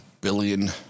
billion